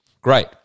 Great